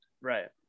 right